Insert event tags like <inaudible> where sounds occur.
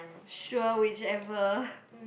sure whichever <breath>